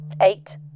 eight